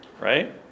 right